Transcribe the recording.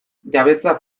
jabetza